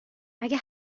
اگه